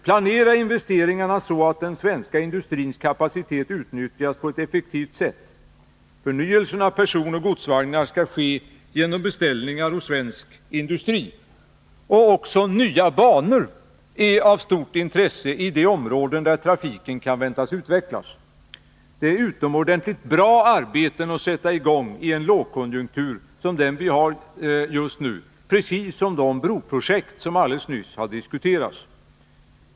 Planera investering 16 december 1980 arna så att den svenska industrins kapacitet utnyttjas på ett effektivt sätt! Förnyelsen av personoch godsvagnar skall ske genom beställningar hos Besparingar i svensk industri. Även nya banor är av stort intresse i de områden där trafiken statsverksamheten, kan väntas utvecklas. Det är utomordentligt bra arbeten att sätta i gångien mm m. lågkonjunktur som den vi har just nu, precis som de broprojekt som alldeles nyss har diskuterats.